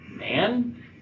Man